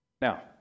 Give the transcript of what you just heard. Now